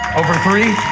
over three?